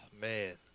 man